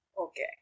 Okay